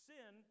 Sin